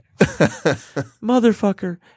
Motherfucker